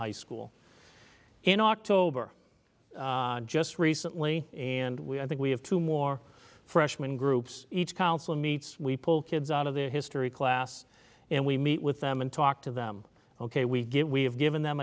high school in october just recently and we i think we have two more freshmen groups each council meets we pull kids out of the history class and we meet with them and talk to them ok we get we have given them